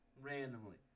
randomly